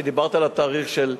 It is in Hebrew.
ודיברת על התאריך של,